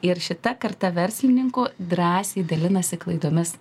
ir šita karta verslininkų drąsiai dalinasi klaidomis